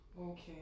okay